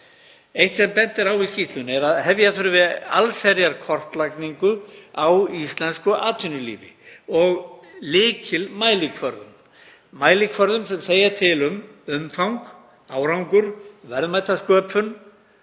Eitt sem bent er á í skýrslunni er að hefja þurfi allsherjarkortlagningu á íslensku atvinnulífi og lykilmælikvörðum. Mælikvörðum sem segja til um umfang, árangur, verðmætasköpun,